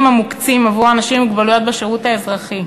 המוקצים עבור האנשים עם מוגבלויות בשירות האזרחי.